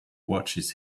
watches